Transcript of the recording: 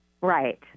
Right